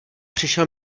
přišel